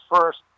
first